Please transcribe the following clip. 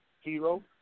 Hero